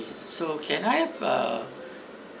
so can I have a